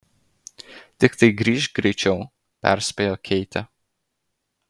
tiktai grįžk greičiau perspėjo keitė